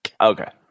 Okay